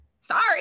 sorry